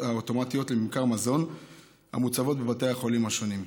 האוטומטיות לממכר מזון המוצבות בבתי החולים השונים.